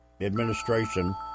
administration